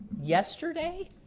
yesterday